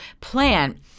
plan